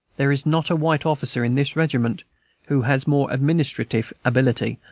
there is not a white officer in this regiment who has more administrative ability,